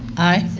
aye.